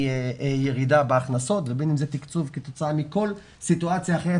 מירידה בהכנסות ובין אם זה תקצוב כתוצאה מכל סיטואציה אחרת,